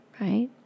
right